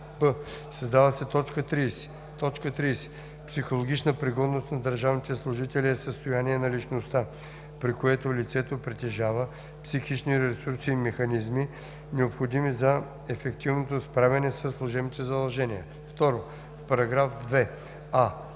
б) създава се т. 30: „30. „Психологична пригодност на държавните служители“ е състояние на личността, при което лицето притежава психични ресурси и механизми, необходими за ефективното справяне със служебните задължения.“ 2. В § 2: а)